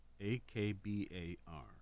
A-K-B-A-R